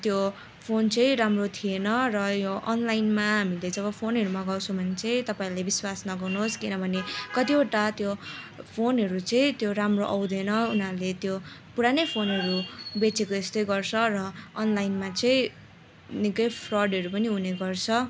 त्यो फोन चाहिँ राम्रो थिएन र यो अनलाइनमा हामीले जब फोनहरू मगाउँछौँ भने चाहिँ तपाईँहरूले विश्वास नगर्नुहोस् किनभने कतिवटा त्यो फोनहरू चाहिँ त्यो राम्रो आउँदैन उनीहरूले त्यो पुरानै फोनहरू बेचेको जस्तै गर्छ र अनलाइनमा चाहिँ निकै फ्रडहरू पनि हुने गर्छ